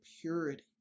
purity